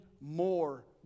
more